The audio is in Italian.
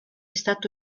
stato